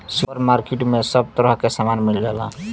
super market में सब तरह के सामान मिल जाला